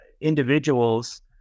individuals